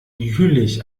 jüllich